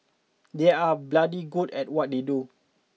they are bloody good at what they do